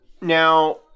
now